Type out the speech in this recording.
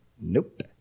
Nope